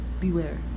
Beware